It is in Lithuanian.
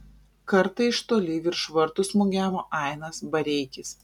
kartą iš toli virš vartų smūgiavo ainas bareikis